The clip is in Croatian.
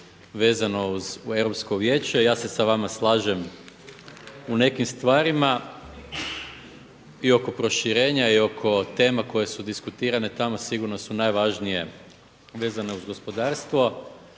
vezano uz Europsko vijeće. Ja se sa vama slažem u nekim stvarima i oko proširenja, i oko tema koje su diskutirane tamo sigurno su najvažnije vezane uz gospodarstvo.